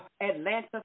Atlanta